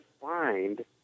find